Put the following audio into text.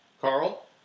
Carl